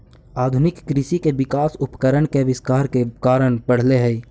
आधुनिक कृषि के विकास उपकरण के आविष्कार के कारण बढ़ले हई